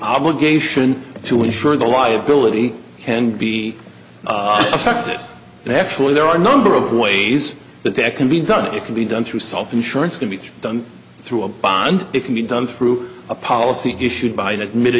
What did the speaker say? obligation to ensure the liability can be affected but actually there are a number of ways that that can be done it can be done through self insurance can be done through a bond it can be done through a policy issued by the mi